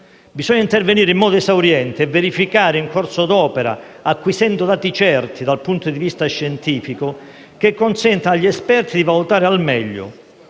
Bisogna intervenire in modo esauriente e verificare in corso d'opera, acquisendo dati certi dal punto di vista scientifico, che consentano agli esperti di valutare al meglio.